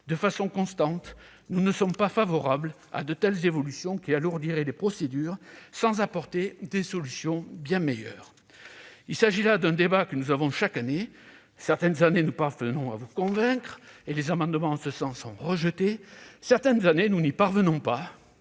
De façon constante, nous ne sommes pas favorables à de telles évolutions, qui alourdiraient les procédures sans toutefois apporter des solutions bien meilleures. Il s'agit là d'un débat que nous avons chaque année. Certaines années, nous parvenons à vous convaincre et les amendements en ce sens sont rejetés ; certaines années, nous n'y parvenons pas,